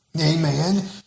Amen